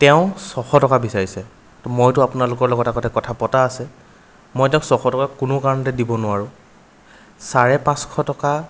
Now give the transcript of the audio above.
তেওঁ ছশ টকা বিচাৰিছে মইটো আপোনালোকৰ লগত আগতে কথা পতা আছে মই তেওঁক ছশ টকা কোনো কাৰণতে দিব নোৱাৰোঁ চাৰে পাঁচশ টকা